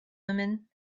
women